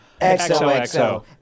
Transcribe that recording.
XOXO